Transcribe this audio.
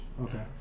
okay